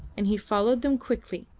and he followed them quickly,